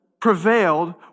prevailed